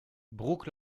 brooke